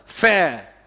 fair